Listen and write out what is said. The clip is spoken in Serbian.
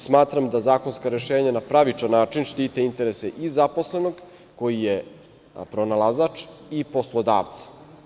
Smatram da zakonska rešenja na pravičan način štite interese i zaposlenog koji je pronalazač i poslodavca.